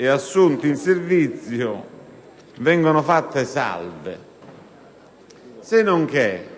e assunti in servizio vengono fatte salve. Sennonché,